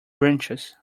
branches